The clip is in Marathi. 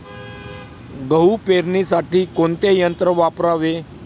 गहू पेरणीसाठी कोणते यंत्र वापरावे?